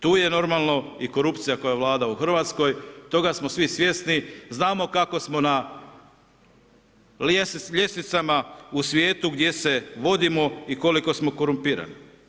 Tu je normalno i korupcija koja vlada u Hrvatskoj, toga smo svi svjesni, znamo kako smo na ljestvicama u svijetu, gdje se vodimo i koliko smo korumpirani.